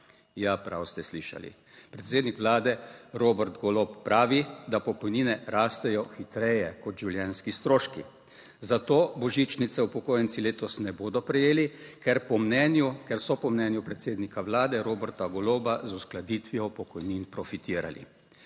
Ja, prav ste slišali, predsednik Vlade Robert Golob pravi, da pokojnine rastejo hitreje kot življenjski stroški. Zato božičnice upokojenci letos ne bodo prejeli, ker po mnenju ker so po mnenju predsednika vlade Roberta Goloba z uskladitvijo pokojnin profitirali.